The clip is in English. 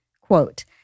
Quote